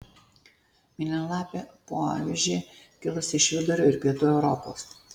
mėlynlapė poavižė kilusi iš vidurio ir pietų europos